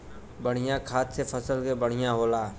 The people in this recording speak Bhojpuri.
बढ़िया खाद से फसलों बढ़िया होला